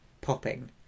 popping